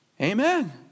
Amen